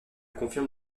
confirme